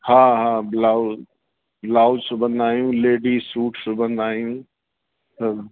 हा हा blouse blouse सिबंदा आहियूं लेडीस सूट सिबंदा आहियूं त